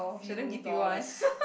few dollars